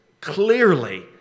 clearly